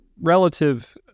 relative